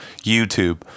YouTube